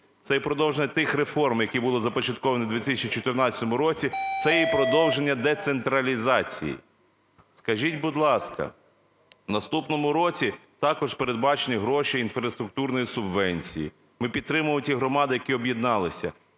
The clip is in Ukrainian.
це і продовження тих реформ, які були започатковані у 2014 році, це і продовження децентралізації. Скажіть, будь ласка, в наступному році також передбачені гроші інфраструктурної субвенції, ми підтримуємо ті громади, які об'єдналися.